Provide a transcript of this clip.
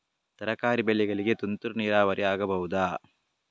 ತರಕಾರಿ ಬೆಳೆಗಳಿಗೆ ತುಂತುರು ನೀರಾವರಿ ಆಗಬಹುದಾ?